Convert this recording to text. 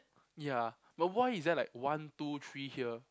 ya but why is there like one two three here